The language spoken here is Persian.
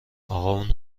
اقامون